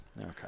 Okay